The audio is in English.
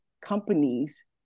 companies